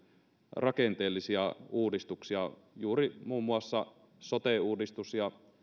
rakenteellisia uudistuksia juuri muun muassa sote uudistuksen ja